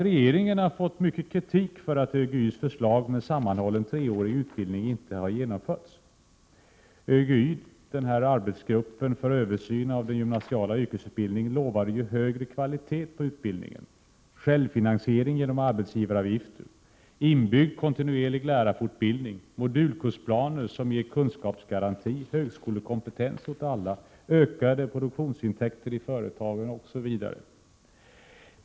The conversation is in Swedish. Regeringen har ju fått mycket kritik för att ÖGY:s förslag om sammanhållen treårig utbildning inte har genomförts. ÖGY, dvs arbetsgruppen för översyn av den gymnasiala yrkesutbildningen, lovade ju högre kvalitet på utbildningen, självfinansiering genom arbetsgivaravgifter, inbyggd kontinuerlig lärarfortbildning, modulkursplaner som ger kunskapsgaranti, högskolekompetens åt alla, ökade produktionsintäkter i företagen, osv.